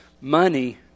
Money